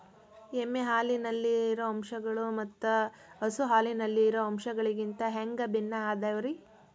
ಎಮ್ಮೆ ಹಾಲಿನಲ್ಲಿರೋ ಅಂಶಗಳು ಮತ್ತ ಹಸು ಹಾಲಿನಲ್ಲಿರೋ ಅಂಶಗಳಿಗಿಂತ ಹ್ಯಾಂಗ ಭಿನ್ನ ಅದಾವ್ರಿ?